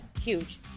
Huge